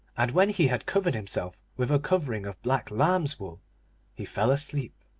and when he had covered himself with a covering of black lamb's wool he fell asleep.